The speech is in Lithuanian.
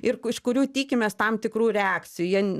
ir iš kurių tikimės tam tikrų reakcijų jie